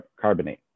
Carbonate